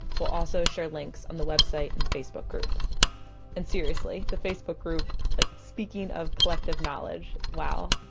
we'll also share links on the website and facebook group and seriously, the facebook group, like speaking of collective knowledge. wow.